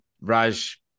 raj